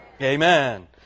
Amen